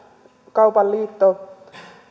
kaupan liitto